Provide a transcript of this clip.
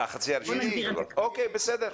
החצי הראשון של פברואר אוקי, בסדר.